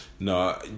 no